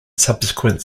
subsequent